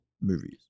movies